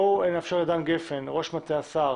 נאפשר לדן גפן, ראש מטה השר